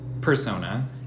persona